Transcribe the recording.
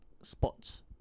spots